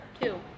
Two